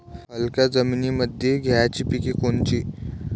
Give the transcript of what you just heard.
हलक्या जमीनीमंदी घ्यायची पिके कोनची?